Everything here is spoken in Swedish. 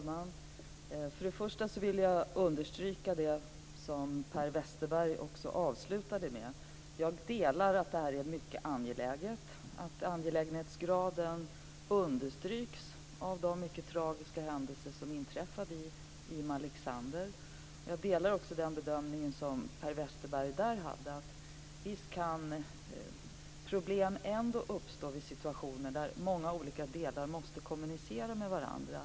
Fru talman! För det första vill jag understryka det som Per Westerberg avslutade med. Jag delar uppfattningen att detta är mycket angeläget. Angelägenhetsgraden understryks av de mycket tragiska händelser som inträffade i Malexander. Jag delar också där den bedömning som Per Westerberg gjorde. Visst kan problem ändå uppstå i situationer där många olika delar måste kommunicera med varandra.